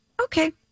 okay